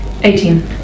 Eighteen